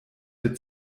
der